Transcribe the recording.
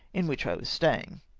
in which i was staying.